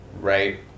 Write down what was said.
right